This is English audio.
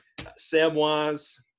Samwise